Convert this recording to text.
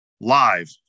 live